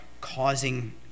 causing